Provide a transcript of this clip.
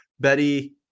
Betty